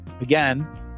again